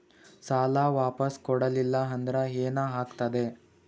ಸಾಲ ವಾಪಸ್ ಕೊಡಲಿಲ್ಲ ಅಂದ್ರ ಏನ ಆಗ್ತದೆ?